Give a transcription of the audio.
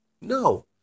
No